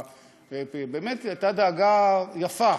באמת זאת הייתה דאגה יפה.